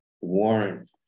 warrant